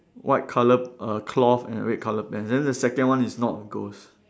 white colour err cloth and red colour pants then the second one is not a ghost